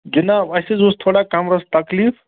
جِناب اَسہِ حظ اوس تھوڑا کَمرَس تکلیٖف